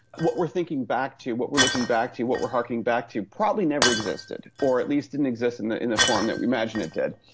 what we thinking back to, what we are looking back to, what we are harking back to probably never existed or at least didn't exist in the in the form that we imagine it did.